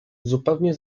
zupełnie